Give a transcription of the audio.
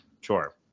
Sure